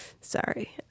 Sorry